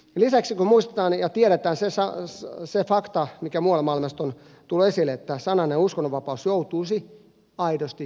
lisäksi muistetaan ja tiedetään se fakta mikä muualla maailmassa on tullut esille että sanan ja uskonnonvapaus joutuisivat aidosti uhanalaisiksi